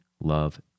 Love